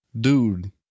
Dude